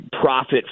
profit